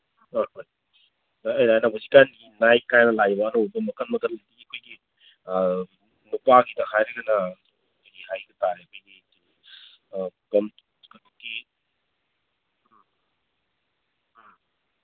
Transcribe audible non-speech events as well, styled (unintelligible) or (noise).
ꯍꯣꯏ ꯍꯣꯏ (unintelligible) ꯍꯧꯖꯤꯛ ꯀꯥꯟꯒꯤ ꯅꯥꯏꯛ ꯀꯥꯏꯅ ꯂꯥꯛꯏꯕ ꯑꯅꯧꯕ ꯃꯈꯜ ꯃꯈꯜꯒꯤ ꯑꯩꯈꯣꯏꯒꯤ ꯅꯨꯄꯥꯒꯤꯗ ꯍꯥꯏꯔꯒꯅ (unintelligible) ꯑꯥ ꯑꯥ